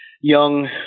young